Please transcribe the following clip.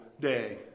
day